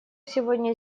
сегодня